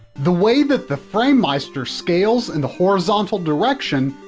the way that the framemeister scales in the horizontal direction,